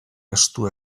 estu